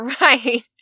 Right